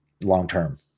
long-term